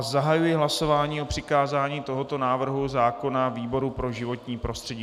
Zahajuji hlasování o přikázání tohoto návrhu zákona výboru pro životní prostředí.